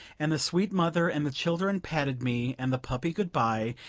and the sweet mother and the children patted me and the puppy good-by,